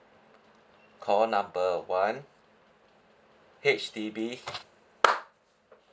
call number one H_D_B